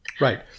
Right